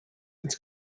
ins